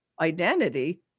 identity